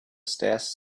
stairs